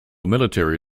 military